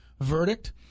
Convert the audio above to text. verdict